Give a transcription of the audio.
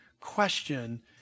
question